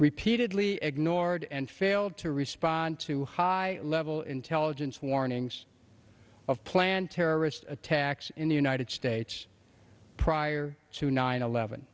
repeatedly ignored and failed to respond to high level intelligence warnings of planned terrorist attacks in the united states prior to nine eleven